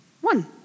one